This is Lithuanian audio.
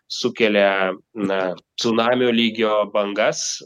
sukelia na cunamio lygio bangas